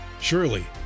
Surely